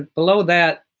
below that,